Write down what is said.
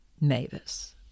Mavis